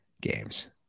games